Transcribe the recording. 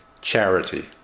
charity